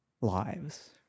lives